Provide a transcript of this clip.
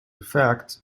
fact